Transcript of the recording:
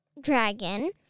dragon